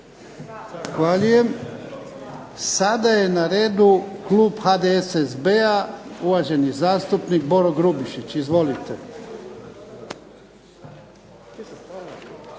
Sada je na redu klub HDSSB-a, uvaženi zastupnik Boro Grubišić. Izvolite.